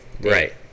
right